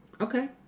Okay